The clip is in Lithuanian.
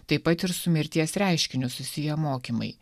taip pat ir su mirties reiškiniu susiję mokymai